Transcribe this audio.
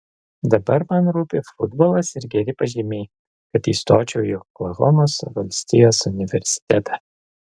dabar man rūpi futbolas ir geri pažymiai kad įstočiau į oklahomos valstijos universitetą